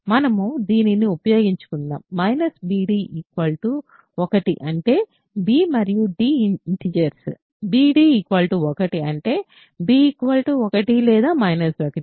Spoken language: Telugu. మనం దీనిని ఉపయోగించుకుందాం మైనస్ bd 1 అంటే b మరియు d ఇంటిజర్స్ bd 1 అంటే b 1 లేదా 1